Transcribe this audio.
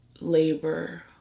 labor